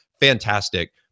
fantastic